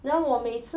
而且